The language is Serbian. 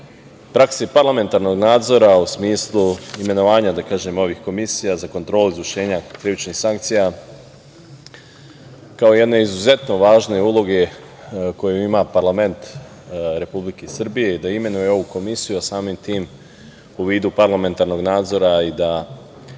prakse parlamentarnog nadzora u smislu imenovanja ovih komisija za kontrolu izvršenja krivičnih sankcija, kao jedne izuzetno važne uloge koju ima parlament Republike Srbije, da imenuje ovu komisiju, a samim tim u vidu parlamentarnog nadzora i da